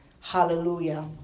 Hallelujah